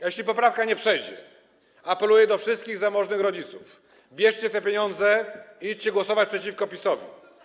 A jeśli poprawka nie przejdzie, apeluję do wszystkich zamożnych rodziców: bierzcie te pieniądze i idźcie głosować przeciwko PiS-owi.